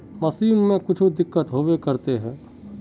Machine में कुछ दिक्कत होबे करते है?